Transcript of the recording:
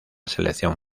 selección